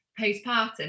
postpartum